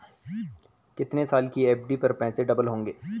कितने साल की एफ.डी पर पैसे डबल होंगे?